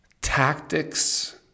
Tactics